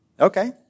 Okay